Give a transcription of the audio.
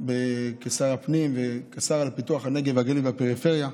כשר הפנים וכשר לפיתוח הנגב והגליל והפריפריה,